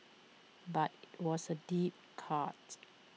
but IT was A deep cut